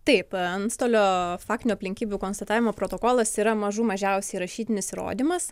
taip antstolio faktinių aplinkybių konstatavimo protokolas yra mažų mažiausiai rašytinis įrodymas